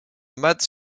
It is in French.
matt